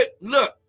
look